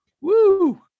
Woo